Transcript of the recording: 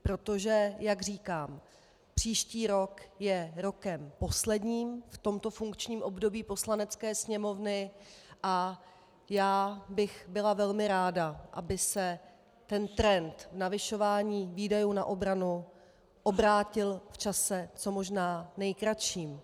Protože jak říkám, příští rok je rokem posledním v tomto funkčním období Poslanecké sněmovny a já bych byla velmi ráda, aby se trend navyšování výdajů na obranu obrátil v čase co možná nejkratším.